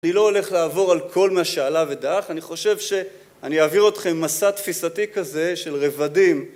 אני לא הולך לעבור על כל מה שעלה ודם, אני חושב שאני אעביר אתכם מסע תפיסתי כזה של רבדים.